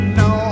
no